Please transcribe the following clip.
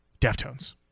Deftones